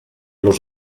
los